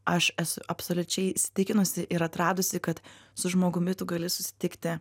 aš esu absoliučiai įsitikinusi ir atradusi kad su žmogumi tu gali susitikti